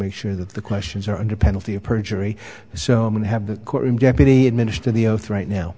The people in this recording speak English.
make sure that the questions are under penalty of perjury so i'm going to have the courtroom deputy administer the oath right now